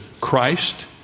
Christ